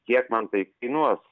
kiek man tai kainuos